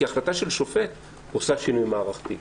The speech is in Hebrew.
כי החלטה של שופט עושה שינוי מערכתי.